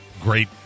great